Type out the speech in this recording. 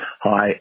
Hi